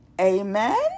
Amen